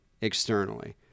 Externally